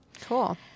cool